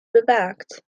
bewaakt